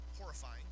horrifying